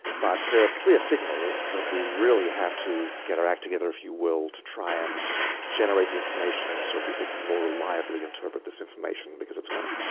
but they're a clear signal that we really have to get our act together, if you will, to try and generate the information so people can more reliably interpret this information. because it's coming.